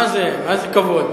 מה זה, כבוד?